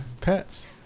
pets